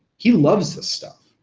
he loves this stuff.